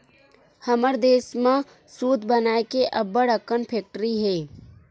हमर देस म सूत बनाए के अब्बड़ अकन फेकटरी हे